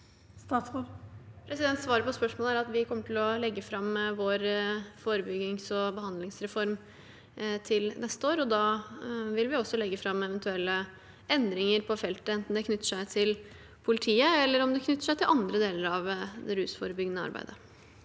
Svaret på spørs- målet er at vi kommer til å legge fram vår forebyggingsog behandlingsreform neste år, og da vil vi også legge fram eventuelle endringer på feltet, enten det knytter seg til politiet eller til andre deler av det rusforebyggende arbeidet.